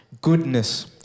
goodness